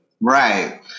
Right